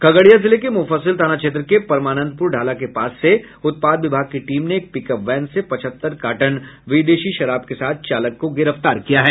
खगड़िया जिले के मुफस्सिल थाना क्षेत्र के परमानंदपुर ढाला के पास से उत्पाद विभाग की टीम ने एक पिकअप वैन से पचहत्तर कार्टन विदेशी शराब के साथ चालक को गिरफ्तार किया है